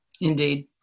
Indeed